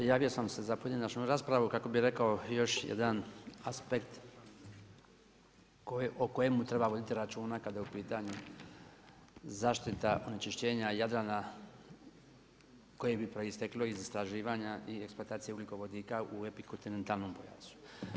Javio sam se za pojedinačnu raspravu kako bi rekao još jedan aspekt o kojemu treba voditi računa kada je u pitanju zaštite onečišćenja Jadrana koje bi proisteklo iz istraživanja i eksploatacije ugljikovodika u epikontinentalnom pojasu.